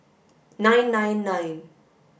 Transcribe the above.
nine nine nine